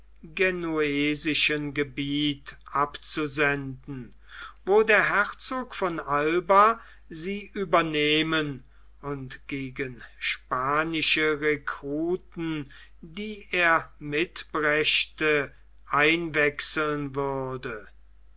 genuesischen gebiete abzusenden wo der herzog von alba sie übernehmen und gegen spanische rekruten die er mitbrächte einwechseln würde